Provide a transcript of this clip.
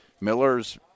Miller's